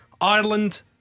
Ireland